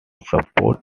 support